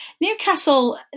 Newcastle